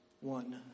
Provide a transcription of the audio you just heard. one